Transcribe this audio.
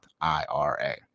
IRA